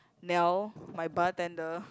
Niel my bartender